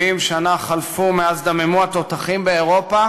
70 שנה חלפו מאז דממו התותחים באירופה